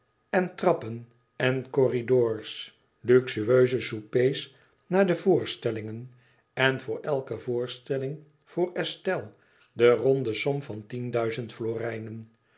en trappen en corridors luxueuze soupers na de voorstellingen en voor elke voorstelling voor estelle de ronde som van tien duizend